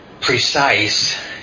precise